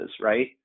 Right